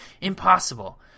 impossible